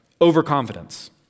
overconfidence